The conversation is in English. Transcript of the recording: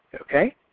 Okay